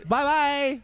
Bye-bye